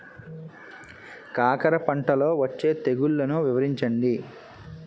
కాకర పంటలో వచ్చే తెగుళ్లను వివరించండి?